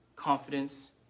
confidence